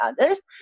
others